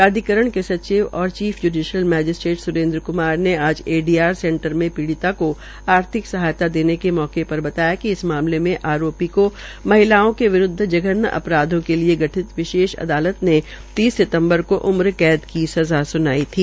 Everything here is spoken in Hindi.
प्राधिककरण के सचिव और chief judicial magistrate Surendra Kumar ने आज ए डी आर सेंटर में पीड़िता को आर्थिक सहायता देने के मौकेपर बताया कि इस मामले में आरोपी को महिलाओं के विरूदव जघन्य अपराधो के लिए गठित विशेष अदालत ने तीस सितम्बर को उम्र कैद की सज़ा स्नवाई थी